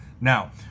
Now